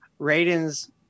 Raiden's